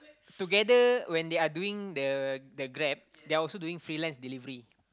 together when they're doing the the Grab they are also doing freelance delivery